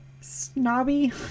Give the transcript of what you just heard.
snobby